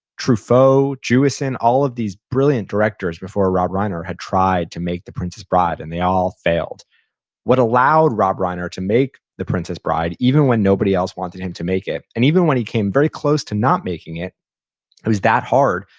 truffaut, jewison, all of these brilliant directors before rob reiner had tried to make the princess bride and they all failed what allowed rob reiner to make the princess bride, even when nobody else wanted him to make it, and even when he came very close to not making it, it was that hard,